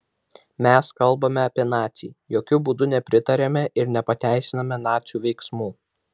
mes kalbame apie nacį jokiu būdu nepritariame ir nepateisiname nacių veiksmų